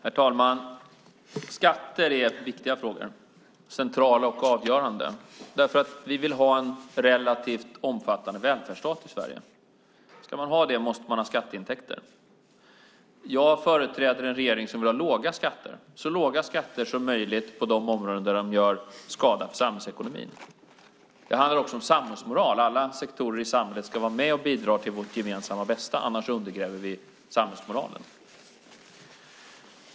Fru talman! Skatter är viktiga frågor, centrala och avgörande. Vi vill ha en relativt omfattande välfärdsstat i Sverige, och ska man ha det måste man ha skatteintäkter. Jag företräder en regering som vill ha låga skatter, så låga som möjligt, på de områden där de gör skada för samhällsekonomin. Det handlar också om samhällsmoral: Alla sektorer i samhället ska vara med och bidra till vårt gemensamma bästa, annars undergräver vi samhällsmoralen.